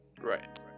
Right